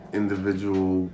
individual